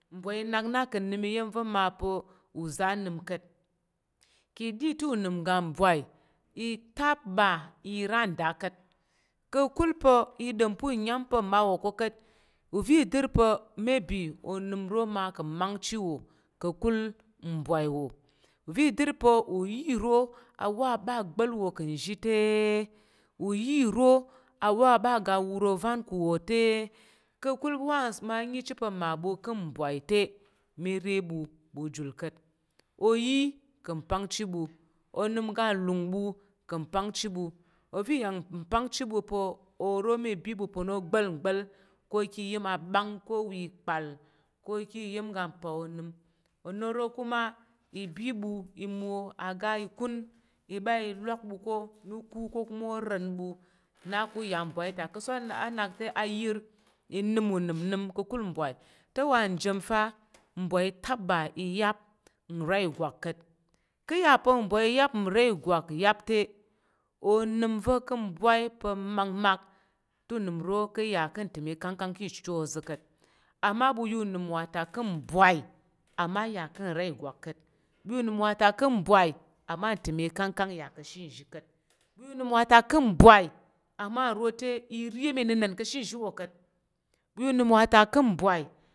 Mbwai i nak na ka̱ nnəm iya̱m va̱ ma pa̱ uza̱ a nəm ka̱t ka̱ɗi te unəm uga bwai itaba ira nda ka̱t ka̱kul pa̱ i ɗom pa̱ uya̱m pa̱ mmawo ko ka̱t uva̱ i dər pa̱ maybe onəm nro ma ka̱n mangchi wo ka̱kul mbwai wo uva̱ i dər pa̱ uyi ro awa ɓa bal wo ka̱ nzhi te uyi ro awo ɓa ngga wur ovan ka wo te ka̱kul once ma nyi cit pa̱ mmaɓu ka̱ mbwai te mi re ɓu ɓu jul ka̱t oyi ka̱ pangchi ɓu onəm ga lung ɓu ka pangchi ɓu ova̱ ya ya pangchi ɓu pa̱ oro ma ibibu pa̱ no o gbal gbal ko ki yi ma bəng ko wa pal ko ka̱ iya̱m iga mpa, onəm owo ro kuma i ɓuɓu i mo aga ikum i ɓa i lak ɓuk ro pa̱ ka̱ ko kuma ore n ɓu na ka̱ ya mbwai ta ka̱t so a nak te ayər i nəm unəm nəm ka̱ka̱l mbwai te wa nji fa mbwai taba iyap nra ìgwak ka̱t kaya pa̱ mbawai iyap nra ìgwak yap te onəm va ka̱ mbwai pa̱ makmak te unəm uro ka̱ ya ka̱ utəm i ang kang ki chu ozo kat ama bu yanim wata kan bwai ama aya kan nra igwak kat bu ya unimwata kan bwai ama atim ikang kang ya kashi nzhi kat bu ya unim wata kan bwai amanrote iri iyen nenen ka shinzhi wo kat bu ya unimwata kan bwai.